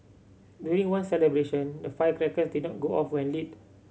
during one celebration the firecrackers did not go off when lit